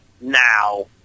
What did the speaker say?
now